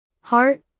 heart